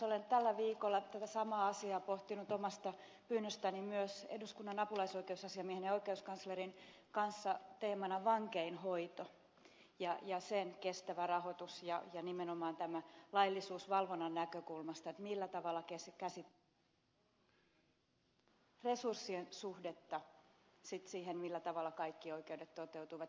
olen tällä viikolla tätä samaa asiaa pohtinut omasta pyynnöstäni myös eduskunnan apulaisoikeusasiamiehen ja oikeuskanslerin kanssa teemana vankeinhoito ja sen kestävä rahoitus ja nimenomaan laillisuusvalvonnan näkökulmasta resurssien suhdetta siihen millä tavalla kaikki oikeudet toteutuvat